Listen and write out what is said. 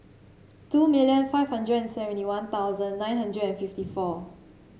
two million five hundred and seventy One Thousand nine hundred and fifty four